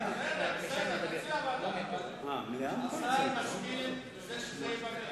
תציע ועדה, אבל השר מסכים שזה יהיה במליאה,